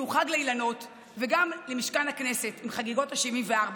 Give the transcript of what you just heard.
שהוא חג לאילנות וגם למשכן הכנסת עם חגיגות ה-74,